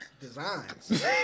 Designs